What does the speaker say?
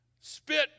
spit